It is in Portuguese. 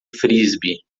frisbee